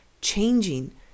changing